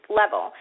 level